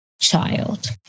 child